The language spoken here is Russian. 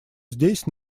здесь